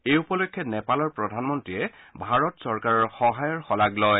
এই উপলক্ষে নেপালৰ প্ৰধানমন্ত্ৰীয়ে ভাৰত চৰকাৰৰ সহায়ৰ শলাগ লয়